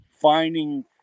finding